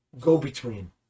go-between